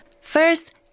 First